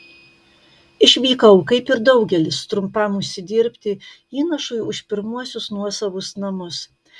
išvykau kaip ir daugelis trumpam užsidirbti įnašui už pirmuosius nuosavus namus